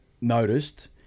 noticed